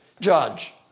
judge